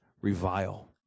revile